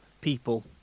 people